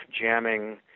jamming